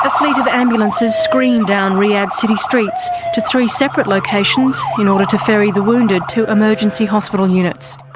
ah fleet of ambulances screamed down riyadh city streets to three separate locations in order to ferry the wounded to emergency hospital units.